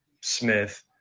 Smith